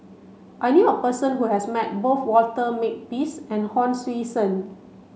I knew a person who has met both Walter Makepeace and Hon Sui Sen